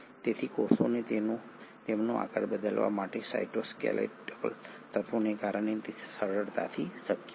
તેથી કોષોને તેમનો આકાર બદલવા માટે સાઇટોસ્કેલેટલ તત્વોને કારણે તે સરળતાથી શક્ય છે